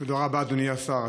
תודה רבה, אדוני השר.